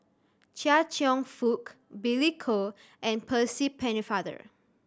Chia Cheong Fook Billy Koh and Percy Pennefather